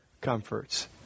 comforts